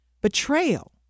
betrayal